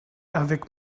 avec